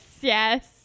yes